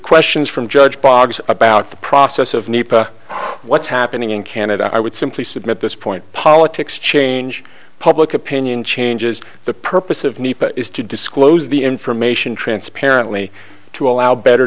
questions from judge bogs about the process of nepa what's happening in canada i would simply submit this point politics change public opinion changes the purpose of nepa is to disclose the information transparently to allow better